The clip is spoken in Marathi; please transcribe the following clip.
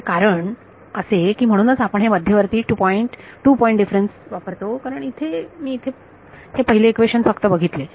याचे कारण कारण असे की म्हणूनच आपण हे मध्यवर्ती टू पॉइंट डिफरन्स वापरतो कारण इथे मी इथे हे पहिले इक्वेशन फक्त बघितले